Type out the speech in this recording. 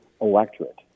electorate